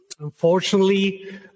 Unfortunately